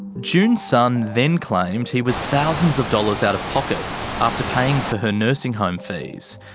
june's son then claimed he was thousands of dollars out of pocket after paying for her nursing home fees.